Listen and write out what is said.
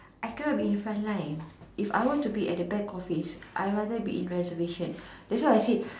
I cannot be in front line if I were to be in back office I rather to be in reservation thats why I say